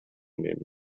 nehmen